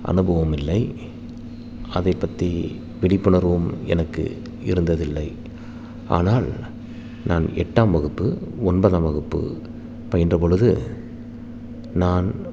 அனுபவம் இல்லை அதைப்பற்றி விழிப்புணர்வும் எனக்கு இருந்ததில்லை ஆனால் நான் எட்டாம் வகுப்பு ஒன்பதாம் வகுப்பு பயின்ற பொழுது நான்